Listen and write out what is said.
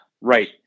right